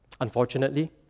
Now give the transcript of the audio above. Unfortunately